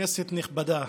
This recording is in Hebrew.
כנסת נכבדה,